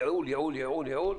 ייעול, ייעול, ייעול